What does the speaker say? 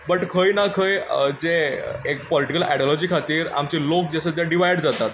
but खंय ना खंय जें एक पॉलिटिकल आयडियोलॉजी खातीर आमचे लोक जे आसात ते डिवायड जातात